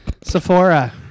Sephora